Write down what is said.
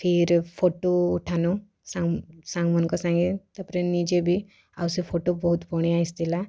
ଫିର୍ ଫଟୋ ଉଠାନୁ ସାଙ୍ଗମାନଙ୍କ ସାଙ୍ଗେ ତା'ପରେ ନିଜେ ବି ଆଉ ସେ ଫଟୋ ବହୁତ ବଢ଼ିଆଁ ଆସିଥିଲା